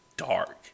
dark